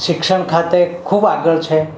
શિક્ષણ ખાતે ખૂબ આગળ છે